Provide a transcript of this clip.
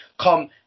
come